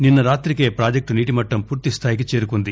నిన్న రాతికే ప్రాజెక్టు నీటిమట్టం పూర్తిస్థాయికి చేరుకుంది